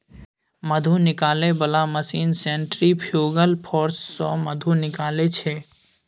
मधु निकालै बला machine centrifugal force सँ मधु निकालै छै